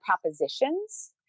propositions